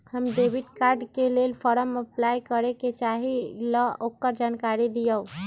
हम debit card के लेल फॉर्म अपलाई करे के चाहीं ल ओकर जानकारी दीउ?